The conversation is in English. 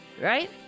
Right